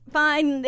fine